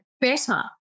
better